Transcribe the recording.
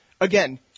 again